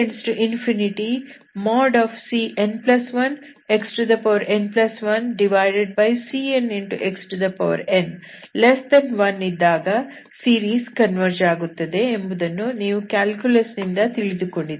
n→∞cn1xn1cnxn1 ಇದ್ದಾಗ series converge ಆಗುತ್ತದೆ ಎಂಬುದನ್ನು ನೀವು ಕ್ಯಾಲ್ಕುಲಸ್ ನಿಂದ ತಿಳಿದುಕೊಂಡಿದ್ದೀರಿ